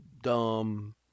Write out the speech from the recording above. dumb